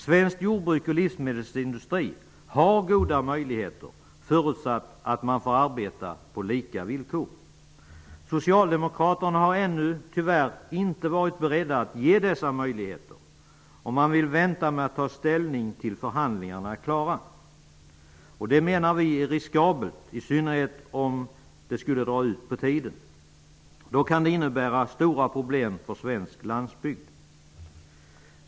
Svenskt jordbruk och svensk livsmedelsindustri har goda möjligheter förutsatt att man får arbeta på lika villkor. Socialdemokraterna har, tyvärr, ännu inte varit beredda att ge dessa möjligheter, och man vill vänta med att ta ställning tills förhandlingarna är klara. Det menar vi är riskabelt -- i synnerhet om det skulle dra ut på tiden, för då kan det innebära stora problem för svensk landsbygd.